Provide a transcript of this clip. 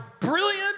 brilliant